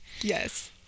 Yes